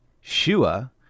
Shua